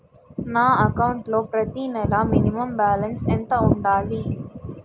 నా అకౌంట్ లో ప్రతి నెల మినిమం బాలన్స్ ఎంత ఉండాలి?